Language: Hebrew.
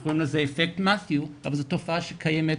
אנחנו קוראים לזה אפקט מתיו אבל זו תופעה שקיימת